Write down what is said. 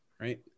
right